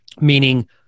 meaning